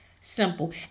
Simple